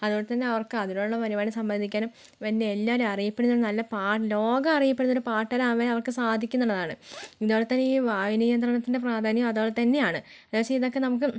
അതുപോലെ തന്നെ അവർക്ക് അതിനുള്ള വരുമാനം സമ്പാദിക്കാനും പിന്നെ എല്ലാവരും അറിയപ്പെടുന്നൊരു നല്ല പാ ലോകം അറിയപ്പെടുന്നൊരു പാട്ടുകാരനാകാനും അവർക്ക് സാധിക്കുന്നുണ്ടെന്നതാണ് ഇതുപോലെത്തന്നെ ഈ വായു നിയന്ത്രണത്തിൻ്റെ പ്രാധാന്യം അതുപോലെത്തന്നെയാണ് ഏകദേശം ഇതൊക്കെ നമുക്ക്